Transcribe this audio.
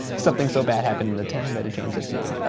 something so bad happened in the town that it changed it's name.